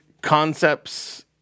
concepts